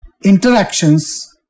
interactions